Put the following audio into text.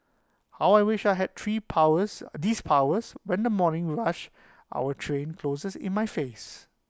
how I wish I had tree powers these powers when the morning rush our train closes in my face